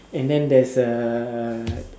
and then there's a